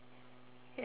ya